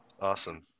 Awesome